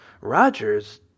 Rogers